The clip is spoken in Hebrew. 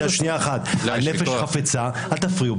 אל תפריעו.